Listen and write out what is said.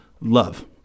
love